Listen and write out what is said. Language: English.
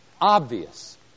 obvious